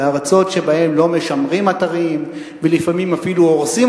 ארצות שבהן לא משמרים אתרים ולפעמים אפילו הורסים